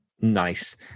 Nice